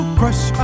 crush